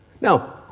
Now